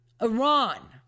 Iran